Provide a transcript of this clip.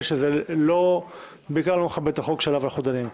זה בעיקר לא מכבד את החוק עליו אנחנו דנים.